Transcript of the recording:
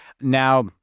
Now